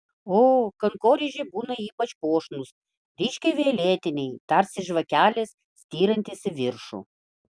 o kankorėžiai būna ypač puošnūs ryškiai violetiniai tarsi žvakelės styrantys į viršų